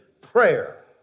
prayer